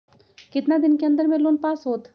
कितना दिन के अन्दर में लोन पास होत?